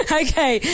okay